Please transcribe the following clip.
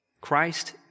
Christ